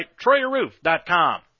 TroyerRoof.com